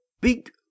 big